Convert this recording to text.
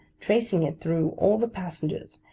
tracing it through all the passengers,